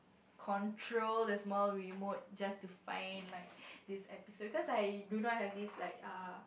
control the small remote just to find like this episode cause I do not have this like ah